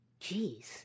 Jeez